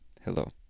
hello